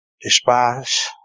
despise